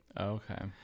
okay